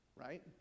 right